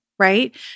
Right